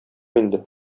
инде